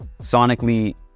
Sonically